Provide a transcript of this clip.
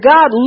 God